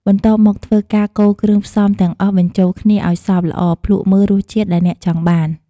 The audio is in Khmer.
បន្ទាប់មកធ្វើរការកូរគ្រឿងផ្សំទាំងអស់បញ្ចូលគ្នាឲ្យសព្វល្អភ្លក្សមើលរសជាតិដែលអ្នកចង់បាន។